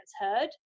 heard